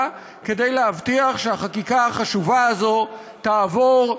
כדי להבטיח שהחקיקה החשובה הזאת תעבור,